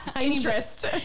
Interest